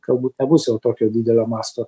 galbūt nebus jau tokio didelio masto